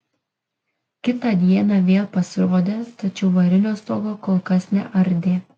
kitą dieną vėl pasirodė tačiau varinio stogo kol kas neardė